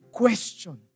question